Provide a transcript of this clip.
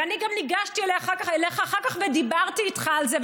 ואני גם ניגשתי אליך אחר כך ודיברתי איתך על זה.